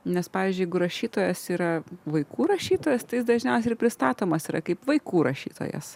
nes pavyzdžiui rašytojas yra vaikų rašytojas tai jis dažniausiai ir pristatomas yra kaip vaikų rašytojas